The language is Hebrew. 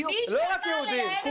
לא רק יהודים.